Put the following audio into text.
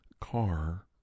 car